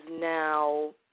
now